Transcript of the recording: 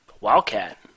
Wildcat